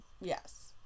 Yes